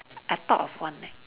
I thought of one leh